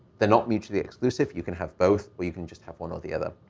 they're not mutually exclusive. you can have both, or you can just have one or the other.